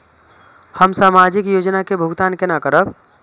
हम सामाजिक योजना के भुगतान केना करब?